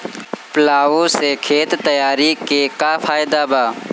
Plough से खेत तैयारी के का फायदा बा?